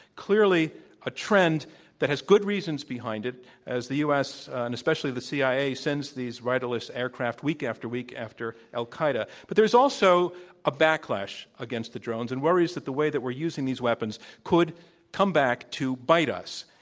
clearly a trend that has good reasons behind it as the u. s. and especially the cia cia sends these riderless aircraft week after week after al-qaeda. but there's also a backlash against the drones and worries that the way we're using these weapons could come back to bite us.